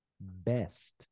best